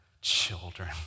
children